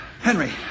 Henry